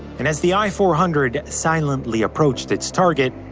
and as the i four hundred silently approached its target,